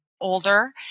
older